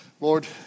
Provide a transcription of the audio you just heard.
Lord